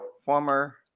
former